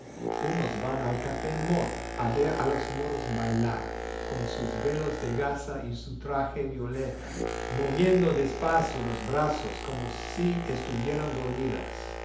unos van al café moro a ver a las moros bailar con sus velos de gasa y su traje violeta moviendo despacio los brazos como si estuvieran dormidas